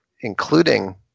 including